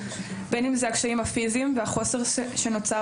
בין אם זה הקשיים הפיזיים והחוסר שנוצר